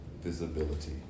visibility